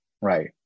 right